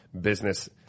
business